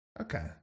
Okay